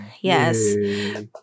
Yes